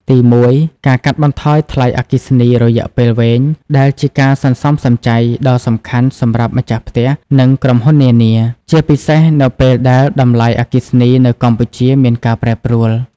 ទីមួយ ការកាត់បន្ថយថ្លៃអគ្គិសនីរយៈពេលវែង ដែលជាការសន្សំសំចៃដ៏សំខាន់សម្រាប់ម្ចាស់ផ្ទះ និងក្រុមហ៊ុននានា ជាពិសេសនៅពេលដែលតម្លៃអគ្គិសនីនៅកម្ពុជាមានការប្រែប្រួល។